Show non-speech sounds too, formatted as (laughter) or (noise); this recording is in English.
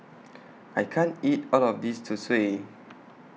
(noise) I can't eat All of This Zosui